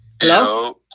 Hello